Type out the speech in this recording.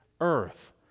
earth